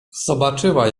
zobaczyła